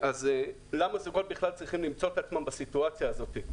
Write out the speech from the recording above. למה זוגות בכלל צריכים למצוא עצמם בסיטואציה הזו?